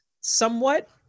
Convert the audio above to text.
somewhat